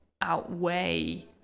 outweigh